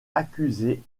accusé